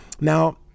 Now